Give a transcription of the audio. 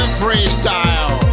freestyle